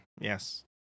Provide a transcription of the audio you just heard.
yes